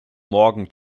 morgen